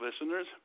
listeners